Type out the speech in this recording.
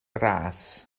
ras